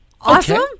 Awesome